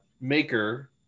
Maker